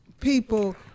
people